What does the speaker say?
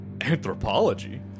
Anthropology